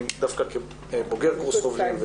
אני דווקא בוגר קורס חובלים,